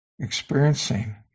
experiencing